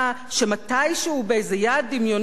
באיזה יעד דמיוני בחלל הזמן,